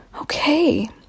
okay